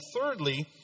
thirdly